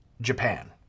Japan